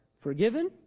Forgiven